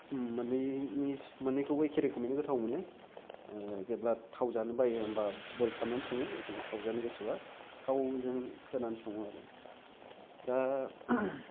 मोननैनिस मोननैखौबो एखे रोखोमैनो गोथाव मोनो जेब्ला थाव जानो बायो होमबा बयल खालामनानै सङो एखनबा थाव जानो गोसोबा थावजों होनानै सङो आरो दा